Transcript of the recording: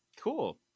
Cool